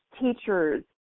teachers